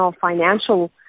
financial